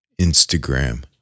Instagram